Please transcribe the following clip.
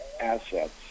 assets